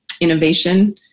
innovation